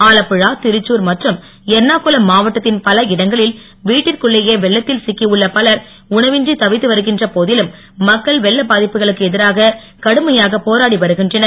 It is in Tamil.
ஆலப்புழா திருச்சூர் மற்றும் எர்ணாகுளம் மாவட்டத்தின் பல இடங்களில் வீட்டிற்குள்ளேயே வெள்ளத்தில் சிக்கி உள்ள பலர் உணவின்றி தவித்து வருகின்ற போதிலும் மக்கள் வெள்ள பாதிப்புகளுக்கு எதிராக கடுமையாக போராடி வருகின்றனர்